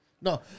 No